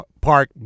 Park